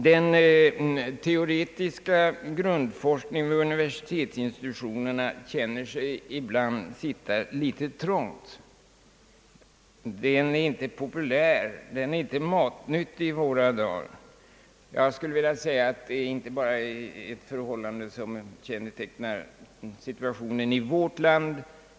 Den teoretiska grundforskningen vid universitetsinstitutionerna känner sig ibland sitta litet trångt. Den är inte populär, inte matnyttig i våra dagar. Jag skulle vilja säga att det inte bara är ett förhållande som kännetecknar situationen i vårt land.